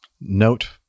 Note